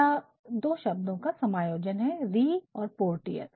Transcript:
यह दो शब्दों का समायोजन है " री" और " पोटियर"